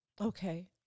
Okay